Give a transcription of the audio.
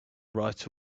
right